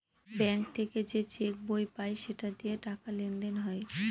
bank থেকে যে cheque বই পায় সেটা দিয়ে টাকা লেনদেন হয়